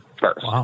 first